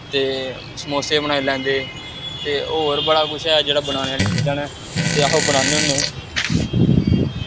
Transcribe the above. ते समोसे बनाई लैंदे ते होर बड़ा कुछ ऐ जेह्ड़ी बनाने आह्ली चीजां न ते अस ओह् बनान्ने होन्ने